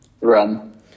Run